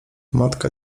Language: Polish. matka